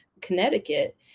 Connecticut